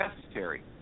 necessary